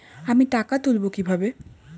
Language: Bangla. আমি টাকা তুলবো কি ভাবে?